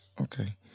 Okay